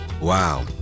Wow